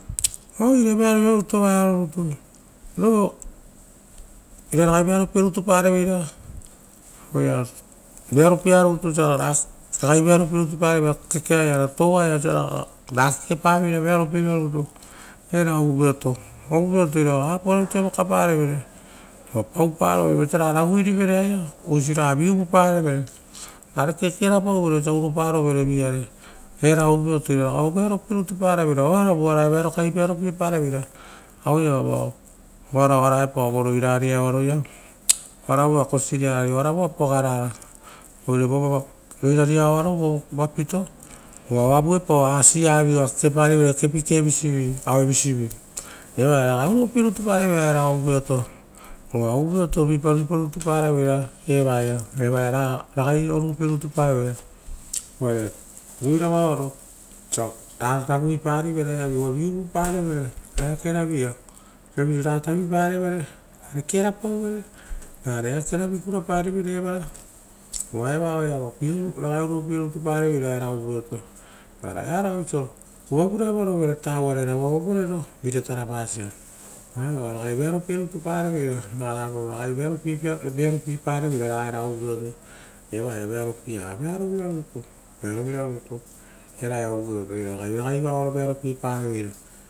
Oire vearovira rutu, ovaearo rutu. Roira ragai vearopie rutu paroveira roia vearopiea rutu, ro vearopiea rutu, vosia ragai vearopie rutu pareveira kekeaia ora touaia vosia ra kekepareira vearopie vira rutu era ovuveoto. Ovuveoto ira uvarovu rutu vokapa revere ra oisiraga ita vi. Uvuparevee, rare kekerapauvere osia uropa rovere vi iare era ovureoto ira aue vearopie rutu. Parevere, oaravu oara ia ragai vearopiepa reveira aue iava vao, varao oa ra epao vo rera vo roira riaroia oaravua kosiriarari oaravua pogarava. Oire vova oira riao roia vo vapito uva oavuepao asiavi oa kekeparivere kepike visivi aue visivi. Eva oaia ragai oruopie rutu pareveira era ovuveoto. Uva ovuveoto vipa ruipa rutu paraveira eva ia, eva iaragai oruopie rutu pareveira. Oire roiravaro ra raguiparivere ra vi uvupare vere ekakearavi ia, ratavi rivere ra kerapauvere. ra ekakerovire ra pi parivere ra evara uva eva ora ia ragai oruopie rutu pareveira era ovuveoto. Ora ea raga oisio uvavure avarovere tauai rutu, ra voava vorero vire tarapasia eva oia ragai vearupie rutu pareveira, rara ragai vearopie pareveira era ovuveoto. Evaia vearopiea, veavo vira rutu, vearo vira rutu eraia ovuveoto ira ragai vauoaro viearopie rutu pareveira.